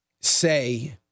say